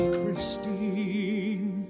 Christine